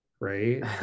right